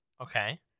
Okay